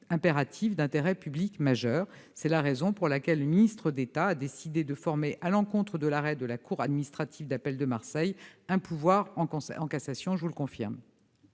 impérative d'intérêt public majeur. C'est la raison pour laquelle le ministre d'État a décidé de former, à l'encontre de l'arrêt de la cour administrative d'appel de Marseille, un pourvoi en cassation- je vous le confirme.